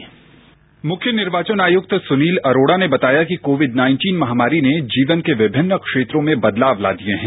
sound bite मुख्य निर्वाचन आयुक्त सुनील अरोड़ा ने कहा कि कोविड उन्नीस महामारी ने जीवन के विभिन्न क्षेत्रों में बदलाव ला दिये हैं